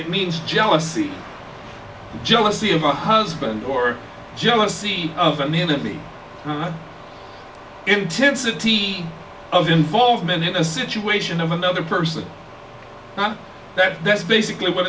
it means jealousy jealousy of a husband or jealousy and handed me the intensity of involvement in a situation of another person not that that's basically what